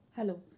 Hello